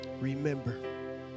remember